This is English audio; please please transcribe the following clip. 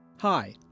Hi